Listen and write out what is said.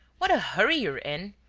what a hurry you're in!